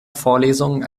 vorlesungen